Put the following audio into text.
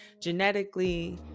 genetically